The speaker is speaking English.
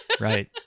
Right